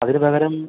അതിന് പകരം